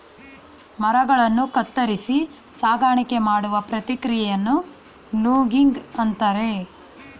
ಮರಗಳನ್ನು ಕತ್ತರಿಸಿ ಸಾಗಾಣಿಕೆ ಮಾಡುವ ಪ್ರಕ್ರಿಯೆಯನ್ನು ಲೂಗಿಂಗ್ ಅಂತರೆ